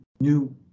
new